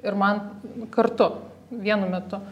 ir man kartu vienu metu